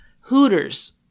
hooters